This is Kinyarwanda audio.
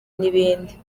n’ibindi